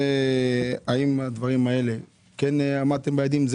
האם עמדתם ביעדים האלה?